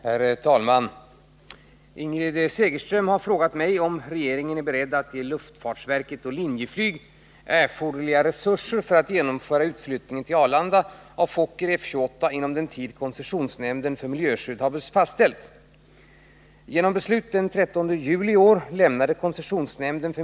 Herr talman! Ingrid Segerström har frågat mig om regeringen är beredd att ge luftfartsverket och Linjeflyg erforderliga resurser för att genomföra utflyttningen till Arlanda av Fokker F 28 inom den tid koncessionsnämnden för miljöskydd har fastställt.